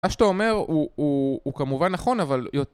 מה שאתה אומר הוא כמובן נכון אבל...